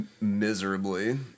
miserably